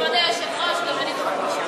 34 תומכים, אין מתנגדים, אין נמנעים.